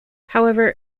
however